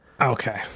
Okay